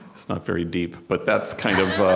it's not very deep, but that's kind of